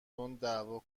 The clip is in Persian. تنددعوا